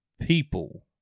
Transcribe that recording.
people